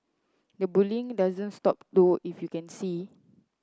the bullying doesn't stop though if you can see